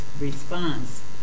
response